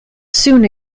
soon